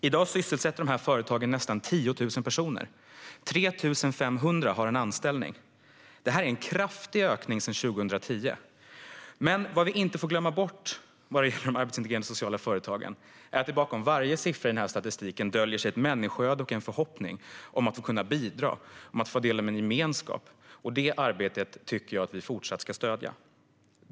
I dag sysselsätter dessa företag nästan 10 000 personer, och 3 500 av dem har en anställning. Det här är en kraftig ökning sedan 2010. Men vad vi inte får glömma bort, vad gäller de arbetsintegrerande sociala företagen, är att det bakom varje siffra i statistiken döljer sig ett människoöde och en förhoppning om att få kunna bidra och om att få vara del av en gemenskap. Det arbetet tycker jag att vi fortsatt ska stödja.